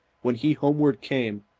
when he homeward came,